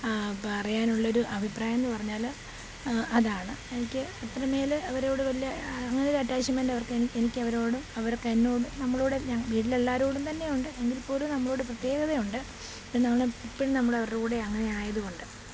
പറയാനുള്ളൊരു അഭിപ്രയം എന്നു പറഞ്ഞാൽ അതാണ് എനിക്ക് അത്രമേൽ അവരോട് വലിയ അങ്ങനൊരു അറ്റാച്ച്മെൻറ്റ് അവർക്കെനി എനിക്കവരോടും അവർക്ക് എന്നോട് നമ്മളോട് അല്ല വീട്ടിൽ എല്ലാവരോടും തന്നെ ഉണ്ട് എങ്കിൽ പോലും നമ്മളോട് പ്രത്യേകത ഉണ്ട് എന്നാൽ എപ്പോഴും നമ്മൾ അവരുടെ കൂടെ അങ്ങനെ ആയതു കൊണ്ട്